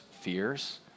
fears